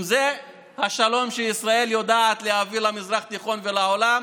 אם זה השלום שישראל יודעת להביא למזרח התיכון ולעולם,